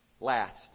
Last